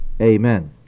Amen